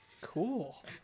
Cool